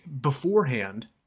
beforehand